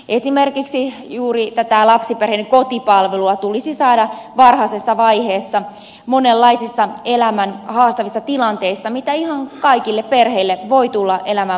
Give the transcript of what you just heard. esimerkiksi juuri tätä lapsiperheiden kotipalvelua tulisi saada varhaisessa vaiheessa monenlaisissa elämän haastavissa tilanteissa joita ihan kaikille perheille voi tulla elämän varrella vastaan